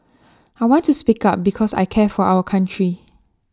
I want to speak up because I care for our country